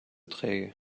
träge